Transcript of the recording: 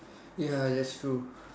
ya that's true